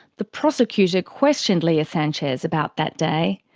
the prosecutor questioned lea sanchez about that day.